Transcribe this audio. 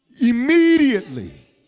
Immediately